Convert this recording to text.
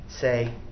say